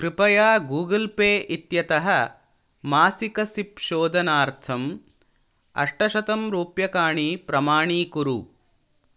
कृपया गूगल्पे इत्यतः मासिकसिप् शोधनार्थम् अष्टशतं रूप्यकाणि प्रमाणीकुरु